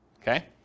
Okay